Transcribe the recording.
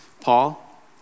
Paul